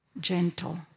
gentle